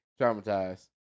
traumatized